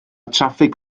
traffig